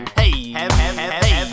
hey